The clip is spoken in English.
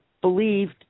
believed